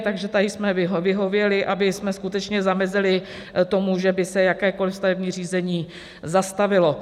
Takže tady jsme vyhověli, abychom skutečně zamezili tomu, že by se jakékoli stavební řízení zastavilo.